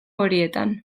horietan